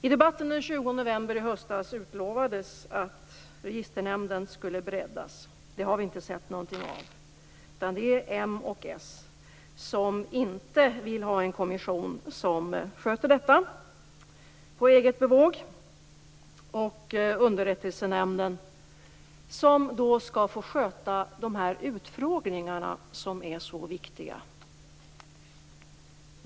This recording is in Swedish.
I debatten den 20 november i höstas utlovades att Registernämnden skulle breddas. Det har vi inte sett någonting av. Det är m och s som inte vill ha en kommission som sköter detta på eget bevåg. Underrättelsenämnden skall få sköta de utfrågningar som är så viktiga.